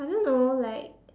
I don't know like